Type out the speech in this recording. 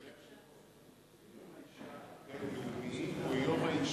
סליחה, אדוני היושב-ראש.